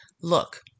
Look